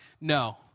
No